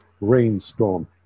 rainstorm